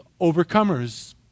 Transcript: overcomers